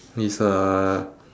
is uh